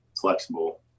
flexible